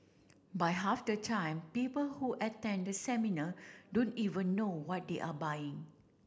but half the time people who attend the seminar don't even know what they are buying